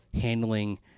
handling